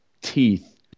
teeth